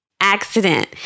accident